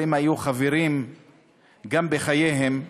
הם היו חברים גם בחייהם,